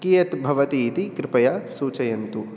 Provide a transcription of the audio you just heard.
कियत् भवति इति कृपया सूचयन्तु